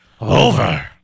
over